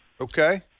Okay